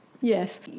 yes